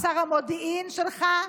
שר המודיעין שלך.